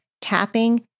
tapping